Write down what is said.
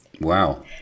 Wow